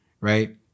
right